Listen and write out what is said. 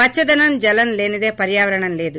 పచ్చదనం జలం లేనిదే పర్యావరణం లేదు